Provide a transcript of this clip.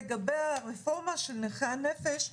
לגבי הרפורמה של נכי הנפש,